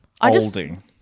Holding